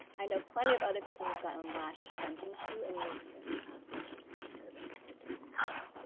i know plenty of other people who've gotten lash extensions, too, and they look fantastic. i'm just too nervous about doing it, though.